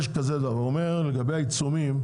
אומר לגבי העיצומים,